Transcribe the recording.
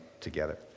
together